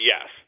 yes